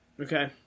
Okay